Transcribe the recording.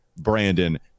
brandon